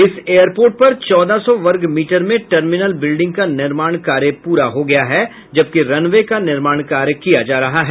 इस एयरपोर्ट पर चौदह सौ वर्ग मीटर में टर्मिनल बिल्डिंग का निर्माण कार्य पूरा हो गया है जबकि रनवे का निर्माण किया जा रहा है